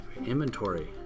Inventory